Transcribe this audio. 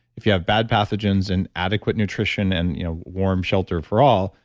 if you have bad pathogens and adequate nutrition and you know warm shelter for all,